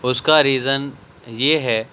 اس کا ریزن یہ ہے